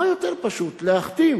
מה יותר פשוט מלהחתים